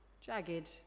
jagged